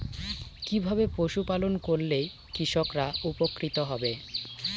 কিভাবে পশু পালন করলেই কৃষকরা উপকৃত হবে?